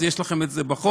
יש לכם את זה בחוק.